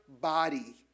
body